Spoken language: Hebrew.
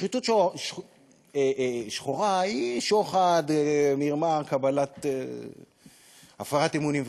שחיתות שחורה היא שוחד, מרמה, הפרת אמונים וכו'.